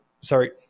sorry